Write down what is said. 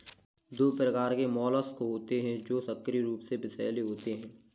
दो प्रकार के मोलस्क होते हैं जो सक्रिय रूप से विषैले होते हैं